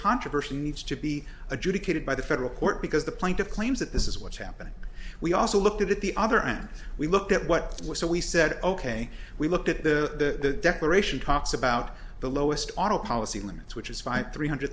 controversy needs to be adjudicated by the federal court because the plaintiff claims that this is what's happening we also looked at the other and we looked at what it was so we said ok we looked at the declaration talks about the lowest auto policy limits which is fine three hundred